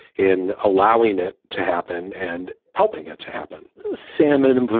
in allowing it to happen and helping it to happen salmon, and but